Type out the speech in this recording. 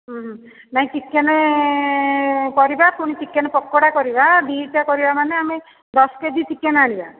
ନାଇଁ ଚିକେନ୍ କରିବା ପୁଣି ଚିକେନ୍ ପକୋଡ଼ା କରିବା ଦୁଇଟା କରିବା ମାନେ ଆମେ ଦଶ କେ ଜି ଚିକେନ୍ ଆଣିବା